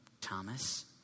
Thomas